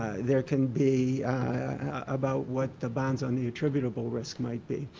there can be about what the bombs on the attributable risk might be,